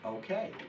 Okay